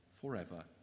forever